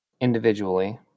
individually